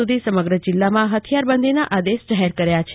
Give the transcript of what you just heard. સુધી સમગ્ર જિલ્લામાં હથિયારબંધીના આદેશ જોહર કરાયા છે